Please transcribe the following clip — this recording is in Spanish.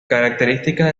características